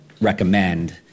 recommend